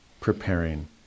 preparing